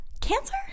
Cancer